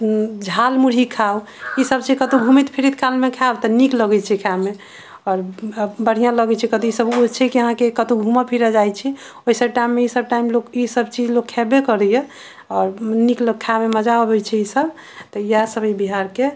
झाल मुरही खाउ ई सभ छै कतौ घुमैत फिरैत काल मे खायब तऽ नीक लगै छै खाइ मे आओर बढ़िऑं लगै छै कथि सभ ओ छै कि अहाँके कतहुँ घुमऽ फिरऽ जाइ छी ओहि सभ टाइममे ई सभ टाइममे लोक ई सभचीज लोग खेबे करैया आओर नीक लोक खाइ मे मजा अबै छै ई सभ तऽ इएह सभ हय बिहार के